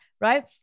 right